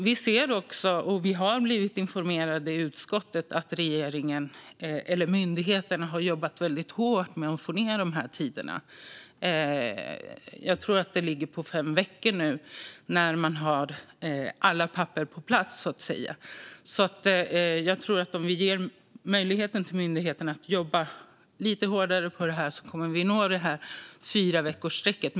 Dessutom ser vi och har fått höra i utskottet att myndigheterna har jobbat väldigt hårt med att få ned dessa tider. Jag tror att de nu ligger på fem veckor när man har alla papper på plats, så att säga. Om vi ger myndigheterna möjlighet att jobba lite hårdare med detta tror jag att vi kommer att nå fyraveckorsstrecket.